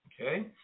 Okay